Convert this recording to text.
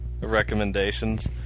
Recommendations